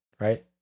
right